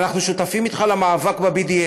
אנחנו שותפים אתך למאבק ב-BDS.